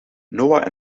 noa